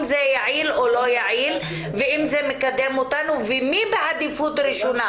זה יעיל או לא יעיל וכמה זה מקצם אותנו ומי בעדיפות ראשונה,